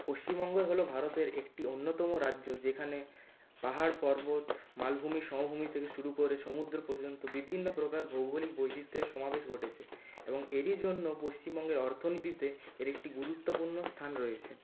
পশ্চিমবঙ্গই হল ভারতের একটি অন্যতম রাজ্য যেখানে পাহাড় পর্বত মালভূমি সমভূমি থেকে শুরু করে সমুদ্র পর্যন্ত বিভিন্ন প্রকার ভৌগোলিক বৈচিত্রের সমাবেশ ঘটেছে এবং এরই জন্য পশ্চিমবঙ্গের অর্থনীতিতে এর একটি গুরুত্বপূর্ণ স্থান রয়েছে